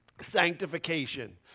Sanctification